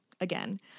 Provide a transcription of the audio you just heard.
Again